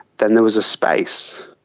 then there was a space.